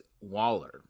Waller